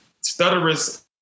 stutterers